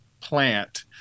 plant